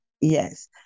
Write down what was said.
Yes